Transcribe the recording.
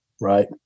right